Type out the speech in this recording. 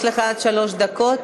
יש לך עד שלוש דקות.